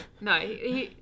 No